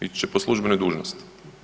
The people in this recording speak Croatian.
Ići će po službenoj dužnosti.